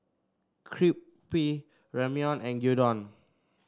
Ramyeon and Gyudon